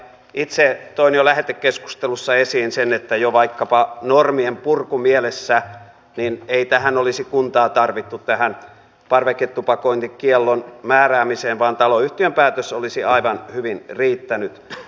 itse toin jo lähetekeskustelussa esiin sen että jo vaikkapa normien purkumielessä ei tähän parveketupakointikiellon määräämiseen olisi kuntaa tarvittu vaan taloyhtiön päätös olisi aivan hyvin riittänyt